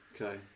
Okay